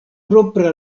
propra